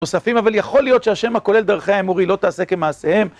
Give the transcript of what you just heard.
נוספים, אבל יכול להיות שהשם הכולל דרכי האמורי לא תעשה כמעשיהם.